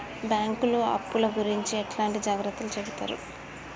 బ్యాంకులు అప్పుల గురించి ఎట్లాంటి జాగ్రత్తలు చెబుతరు?